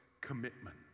commitment